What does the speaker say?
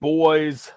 boys